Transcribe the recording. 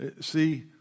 See